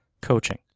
coaching